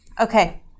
Okay